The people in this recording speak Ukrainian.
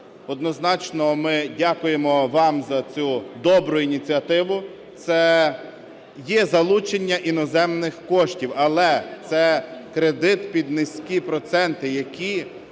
Однозначно ми дякуємо вам за цю добру ініціативу, це є залучення іноземних коштів, але це кредит під низькі проценти, які